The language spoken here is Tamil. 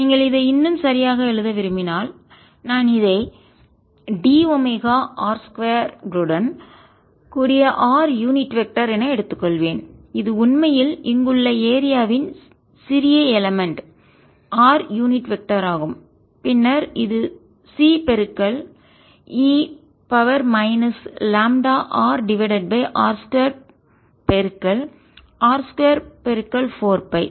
நீங்கள் இதை இன்னும் சரியாக எழுத விரும்பினால் நான் இதை d ஒமேகா r 2 டன் கூடிய r யூனிட் வெக்டர் என எடுத்துக் கொள்வேன் இது உண்மையில் இங்குள்ள ஏரியாவின் பகுதியின் சிறிய யலமன்ட் உறுப்பு r யூனிட் வெக்டர் ஆகும் பின்னர் இது C e λr divided by r 2 பெருக்கல் r 2 4பை